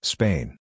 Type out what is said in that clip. Spain